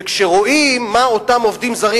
שכשרואים מה אותם עובדים זרים,